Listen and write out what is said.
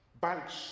Banks